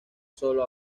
solo